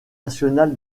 national